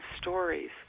stories